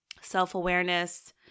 self-awareness